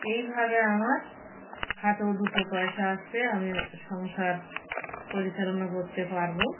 এইভাবে আমার হাতেও দুটো পয়সা আসবে আমি সংসার পরিচালনা করতে পারব